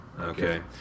Okay